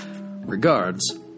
Regards